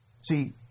See